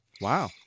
Wow